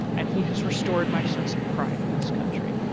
and he has restored my sense of pride in this country.